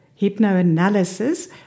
hypnoanalysis